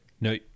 No